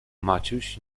maciuś